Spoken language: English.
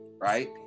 Right